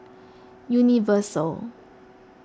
Universal